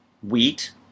wheat